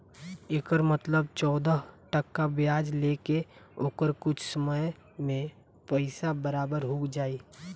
एकर मतलब चौदह टका ब्याज ले के ओकर कुछ समय मे पइसा बराबर हो जाई